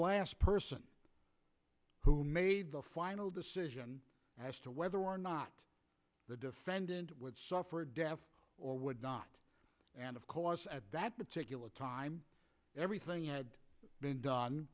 last person who made the final decision as to whether or not the defendant would suffer a death or would not and of course at that particular time everything had been done